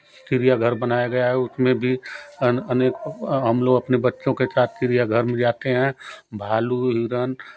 चिड़ियाघर बनाया गया है उसमें भी अन अनेकों हम लोग अपने बच्चों के साथ चिड़ियाघर में जाते हैं भालू हिरण